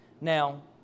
Now